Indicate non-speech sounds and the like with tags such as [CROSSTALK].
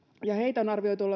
heitä on arvioitu [UNINTELLIGIBLE]